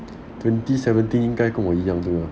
twenty seventeen 应该跟我一样